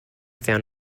found